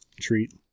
treat